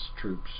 troops